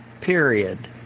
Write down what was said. period